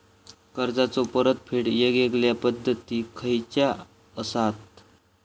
कर्जाचो परतफेड येगयेगल्या पद्धती खयच्या असात?